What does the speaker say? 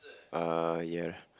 uh ya